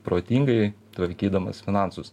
protingai tvarkydamas finansus